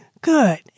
Good